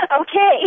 Okay